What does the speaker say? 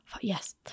Yes